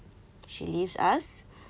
she leaves us